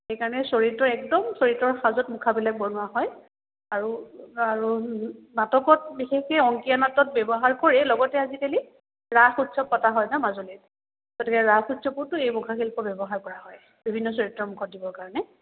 সেইকাৰণে চৰিত্ৰ একদম চৰিত্ৰৰ সাজত মুখাবিলাক বনোৱা হয় আৰু আৰু নাটকত বিশেষকে অংকীয়া নাটত ব্যৱহাৰ কৰে লগতে আজিকালি ৰাস উৎসৱ পতা হয় ন মাজুলীত গতিকে ৰাস উৎসৱতো এই মুখা শিল্প ব্যৱহাৰ কৰা হয় বিভিন্ন চৰিত্ৰৰ মুখত দিবৰ কাৰণে